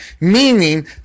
Meaning